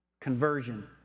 Conversion